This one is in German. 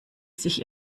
sich